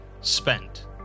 spent